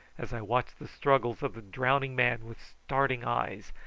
as i watched the struggles of the drowning man with starting eyes.